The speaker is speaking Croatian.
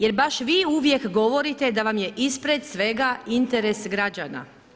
Jer baš vi uvijek govorite da vam je ispred svega interes građana.